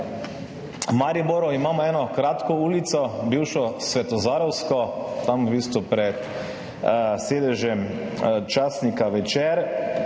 V Mariboru imamo eno kratko ulico, bivšo Svetozarevsko, v bistvu pred sedežem časnika Večer,